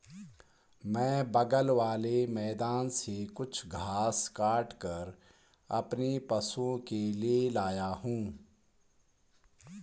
मैं बगल वाले मैदान से कुछ घास काटकर अपने पशुओं के लिए लाया हूं